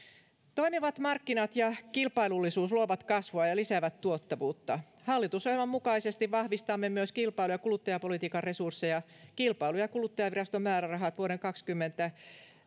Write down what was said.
toimivat markkinat ja kilpailullisuus luovat kasvua ja lisäävät tuottavuutta hallitusohjelman mukaisesti vahvistamme myös kilpailu ja kuluttajapolitiikan resursseja kilpailu ja kuluttajaviraston määrärahat vuoden kaksikymmentä